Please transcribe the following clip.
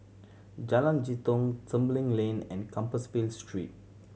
Jalan Jitong Tembeling Lane and Compassvale Street